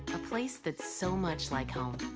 a place that's so much like home,